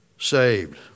saved